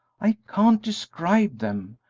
i can't describe them,